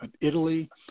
Italy